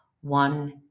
One